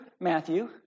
Matthew